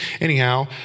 Anyhow